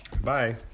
bye